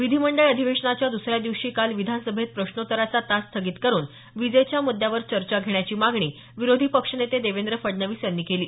विधीमंडळ अधिवेशनाच्या द्सऱ्या दिवशी काल विधानसभेत प्रश्नोत्तराचा तास स्थगित करून विजेच्या मुद्यावर चर्चा घेण्याची मागणी विरोधी पक्षनेते देवेंद्र फडणवीस यांनी केली